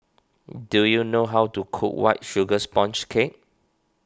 do you know how to cook White Sugar Sponge Cake